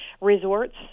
resorts